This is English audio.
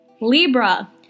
Libra